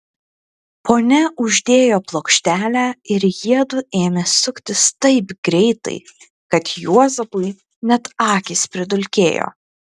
ponia uždėjo plokštelę ir jiedu ėmė suktis taip greitai kad juozapui net akys pridulkėjo